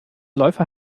läufer